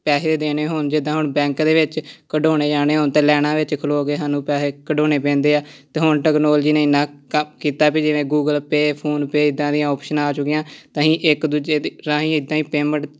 ਪੈਸੇ ਦੇਣੇ ਹੋਣ ਜਿੱਦਾਂ ਹੁਣ ਬੈਂਕ ਦੇ ਵਿੱਚ ਕਢਾਉਣੇ ਜਾਣੇ ਹੋਣ ਤਾਂ ਲਾਇਨਾਂ ਵਿੱਚ ਖਲੋ ਕੇ ਸਾਨੂੰ ਪੈਸੇ ਕਢਾਉਣੇ ਪੈਂਦੇ ਆ ਅਤੇ ਹੁਣ ਟੈਕਨੋਲਜੀ ਨੇ ਇੰਨਾ ਕੁ ਕੀਤਾ ਵੀ ਜਿਵੇਂ ਗੂਗਲ ਪੇ ਫੋਨਪੇ ਇੱਦਾਂ ਦੀਆਂ ਓਪਸ਼ਨਾਂ ਆ ਚੁੱਕੀਆਂ ਤਾਂ ਅਸੀਂ ਇੱਕ ਦੂਜੇ ਰਾਹੀਂ ਇੱਦਾਂ ਹੀ ਪੇਮੈਂਟ